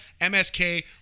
MSK